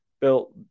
built